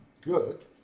good